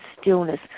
stillness